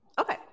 Okay